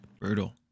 Brutal